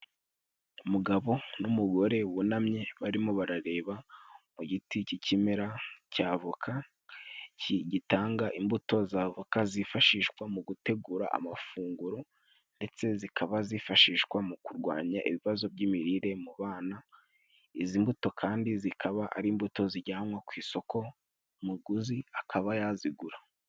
Umugabo n'umugore wunamye barimo barareba mu giti cy'ikimera cya avoka, gitanga imbuto z'avoka zifashishwa mu gutegura amafunguro, ndetse zikaba zifashishwa mu kurwanya ibibazo by'imirire mu bana. Izi mbuto kandi zikaba ari imbuto zijyanwa ku isoko umuguzi akaba yazigura.